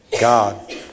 God